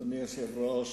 אדוני היושב-ראש,